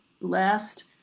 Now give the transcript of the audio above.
last